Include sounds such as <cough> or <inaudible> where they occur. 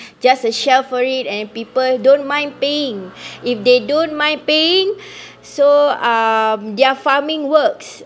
just a shell for it and people don't mind paying <breath> if they don't mind paying <breath> so um their farming works